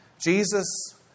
Jesus